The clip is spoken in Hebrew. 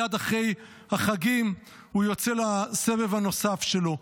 ומייד אחרי החגים הוא יוצא לסבב הנוסף שלו.